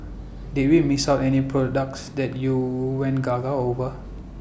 did we miss out any products that you went gaga over